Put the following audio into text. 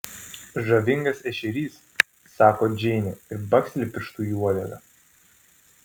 žavingas ešerys sako džeinė ir baksteli pirštu į uodegą